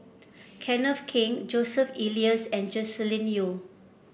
Kenneth Keng Joseph Elias and Joscelin Yeo